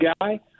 guy